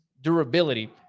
durability